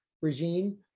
regime